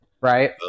right